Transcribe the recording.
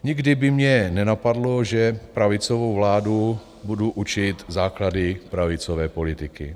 Nikdy by mě nenapadlo, že pravicovou vládu budu učit základy pravicové politiky.